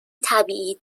طبیعی